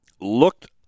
looked